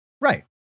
right